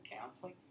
counseling